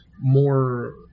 More